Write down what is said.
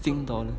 sing dollar